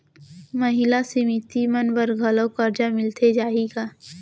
महिला समिति मन बर घलो करजा मिले जाही का?